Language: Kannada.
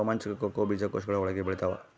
ಕೋಕೋ ಬೀನ್ಸ್ ರೋಮಾಂಚಕ ಕೋಕೋ ಬೀಜಕೋಶಗಳ ಒಳಗೆ ಬೆಳೆತ್ತವ